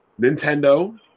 Nintendo